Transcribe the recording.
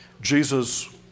Jesus